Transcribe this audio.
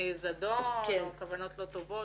זדון או כוונות לא טובות,